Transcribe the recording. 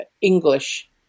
English